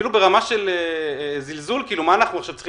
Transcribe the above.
אפילו ברמה של זלזול אנחנו צריכים